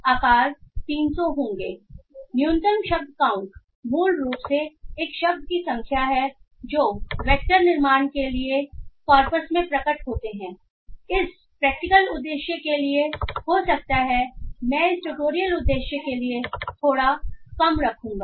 इसलिए न्यूनतम शब्द काउंट मूल रूप से एक शब्द की संख्या है जो वेक्टर निर्माण के लिए जो कॉरपस में प्रकट होते हैं इस प्रैक्टिकल उद्देश्य के लिए हो सकता है मैं इस ट्यूटोरियल उद्देश्य के लिए इसे थोड़ा कम रखूंगा